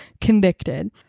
convicted